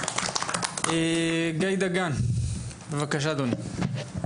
גיא דגן, בבקשה, אדוני.